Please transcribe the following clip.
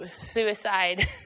suicide